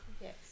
Yes